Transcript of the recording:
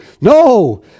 No